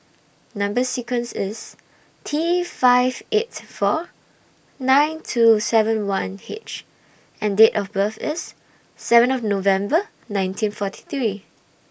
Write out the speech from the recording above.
Number sequence IS T five eight four nine two seven one H and Date of birth IS seventh November nineteen forty three